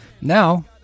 Now